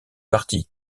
parties